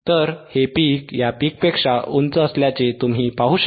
तर हे पीक या पीकपेक्षा उंच असल्याचे तुम्ही पाहू शकता